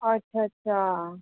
अच्छा अच्छा